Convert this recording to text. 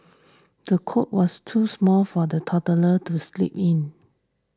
the cot was too small for the toddler to sleep in